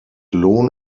lohn